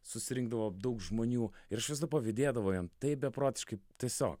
susirinkdavo daug žmonių ir aš visada pavydėdavau jam taip beprotiškai tiesiog